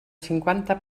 cinquanta